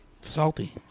salty